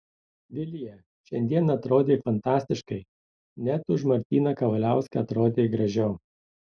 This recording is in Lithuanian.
vilija šiandien atrodei fantastiškai net už martyną kavaliauską atrodei gražiau